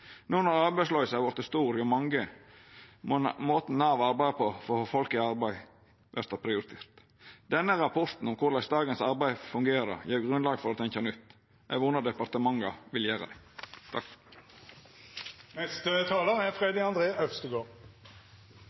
No når arbeidsløysa har vorte stor hjå mange, må måten Nav arbeider på for å få folk i arbeid, verta prioritert. Denne rapporten om korleis dagens arbeid fungerer, gjev grunnlag for å tenkja nytt. Eg vonar departementa vil gjera